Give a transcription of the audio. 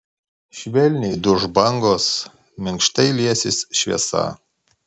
švelniai duš bangos minkštai liesis šviesa